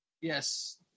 Yes